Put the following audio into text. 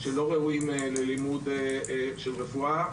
שלא ראויים ללימוד רפואה.